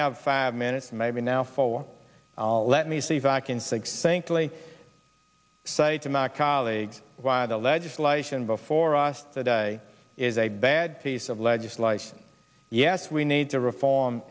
have five minutes maybe now for let me see if i can succinctly cite to my colleagues why the legislation before us today is a bad piece of legislation yes we need to reform